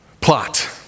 plot